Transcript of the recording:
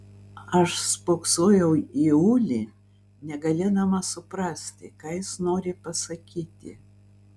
aš spoksojau į ulį negalėdama suprasti ką jis nori pasakyti